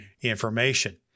information